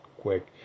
quick